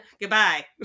Goodbye